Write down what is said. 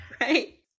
Right